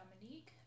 Dominique